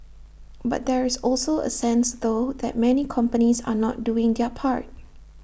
but there is also A sense though that many companies are not doing their part